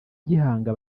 gihanga